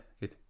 good